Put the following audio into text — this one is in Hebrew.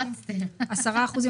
זה בהתאם לנוסח הכחול.